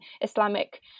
Islamic